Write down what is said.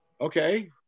Okay